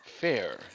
fair